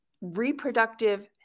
reproductive